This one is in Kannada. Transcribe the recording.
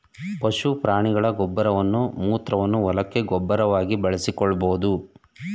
ಪಶು ಪ್ರಾಣಿಗಳ ಗೊಬ್ಬರವನ್ನು ಮೂತ್ರವನ್ನು ಹೊಲಕ್ಕೆ ಗೊಬ್ಬರವಾಗಿ ಬಳಸಿಕೊಳ್ಳಬೋದು